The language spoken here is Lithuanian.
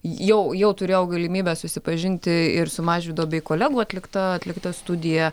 jau jau turėjau galimybę susipažinti ir su mažvydo bei kolegų atlikta atlikta studija